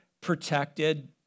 protected